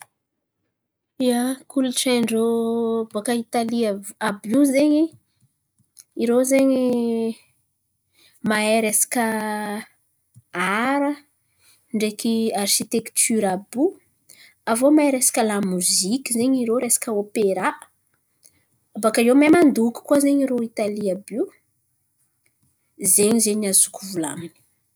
Ia, kolontsain̈in-drô avy- boaka Italy àby io zen̈y, irô zen̈y mahay resaka ara ndreky arsitektira àby io aviô mahay resaka lamoziky zen̈y irô resaka ôpera baka iô mahay mandoky koa zen̈y irô Italy àby io. Zen̈y zen̈y ny azoko volan̈iny.